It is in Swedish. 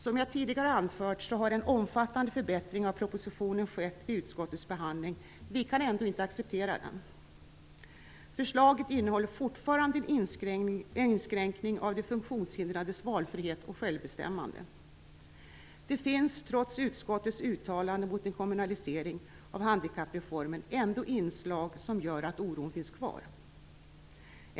Som jag tidigare har anfört har en omfattande förbättring av propositionen skett vid utskottets behandling, men vi kan ändå inte acceptera den. Förslaget innehåller fortfarande en inskränkning av de funktionshindrades valfrihet och självbestämmande. Det finns trots utskottets uttalande mot en kommunalisering av handikappreformen ändå inslag som gör att oron finns kvar.